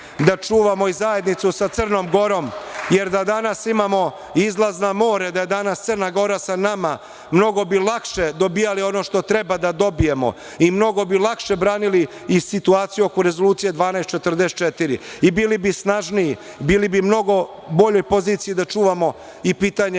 da čuvamo i zajednicu sa Crnom Gorom, jer da danas imamo izlaz na more, da je danas Crna Gora sa nama, mnogo bi lakše dobijali ono što treba da dobijemo. Mnogo bi lakše branili situaciju oko Rezolucije 1244. Bili bi snažniji. Bili bi u mnogo boljoj poziciji da čuvamo i pitanje